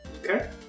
Okay